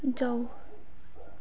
जाऊ